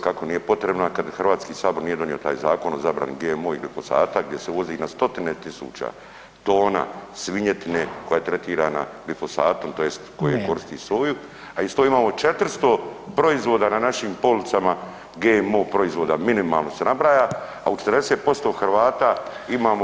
Kako nije potrebna kad HS nije donio taj zakon o GMO i glifosata, gdje se uvozi na stotine tisuća tona svinjetine koja je tretirana glifosatom, tj. koji koristi soju, a isto imamo 400 proizvoda na našim policama GMO proizvoda, minimalno se nabraja, a u 40% Hrvata imamo